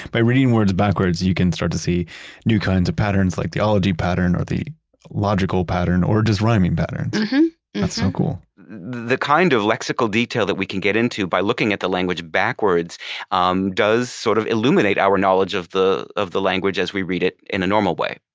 by reading words backwards, you can start to see new kinds of patterns, like the ology pattern or the logical pattern or just rhyming patterns mm-hmm. mm-hmm that's so cool the kind of lexical detail that we can get into by looking at the language backwards um does sort of illuminate our knowledge of the of the language as we read it in a normal way.